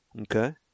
Okay